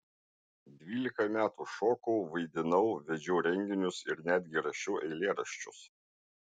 dvylika metų šokau vaidinau vedžiau renginius ir netgi rašiau eilėraščius